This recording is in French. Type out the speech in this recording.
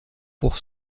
pour